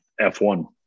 F1